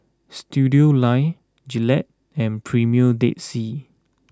Studioline Gillette and Premier Dead Sea